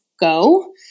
go